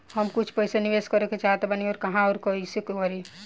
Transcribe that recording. हम कुछ पइसा निवेश करे के चाहत बानी और कहाँअउर कइसे करी?